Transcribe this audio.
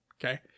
Okay